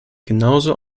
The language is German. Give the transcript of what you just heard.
genauso